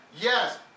Yes